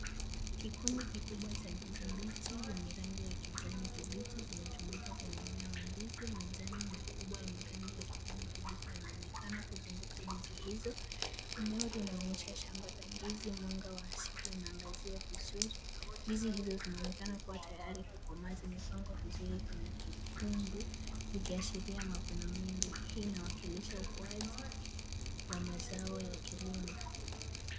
Kikundi kikubwa cha ndizi mbichi zenye rangi ya kijani kibichi zimetundika kwenye mmea wa ndizi. Majani makubwa yenye rangi ya kijani kibichi yanaonekana kuzunguka ndizi hizo. Eneo linaonyesha shamba la ndizi mwanga wa asili unaangazia vizuri. Ndizi hizo zinaonekana kuwa tayari kukomaa zimepangwa vizuri kwenye kifungu zikiashiria mavuno mengi. Hii inawakilisha ukuaji wa mazao ya kilimo.